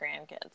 grandkids